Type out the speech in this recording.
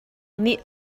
nih